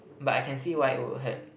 but I can see why it would hurt